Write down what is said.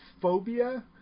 Phobia